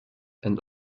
and